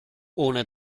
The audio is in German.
ohne